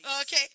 Okay